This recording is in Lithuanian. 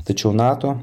tačiau nato